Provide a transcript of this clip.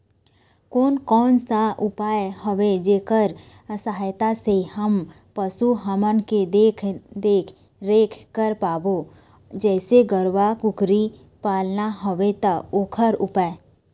कोन कौन सा उपाय हवे जेकर सहायता से हम पशु हमन के देख देख रेख कर पाबो जैसे गरवा कुकरी पालना हवे ता ओकर उपाय?